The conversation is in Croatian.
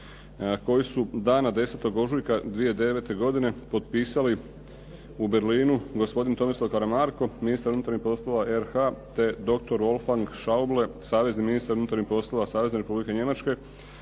koji su dana 10. ožujka 2009. godine potpisali u Berlinu gospodin Tomislav Karamarko, ministar unutarnjih poslova RH te doktor Wolfgang Schäuble, savezni ministar unutarnjih poslova Savezne Republike Njemačke